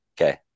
okay